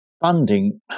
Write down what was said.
Funding